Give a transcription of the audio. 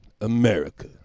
America